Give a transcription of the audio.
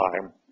time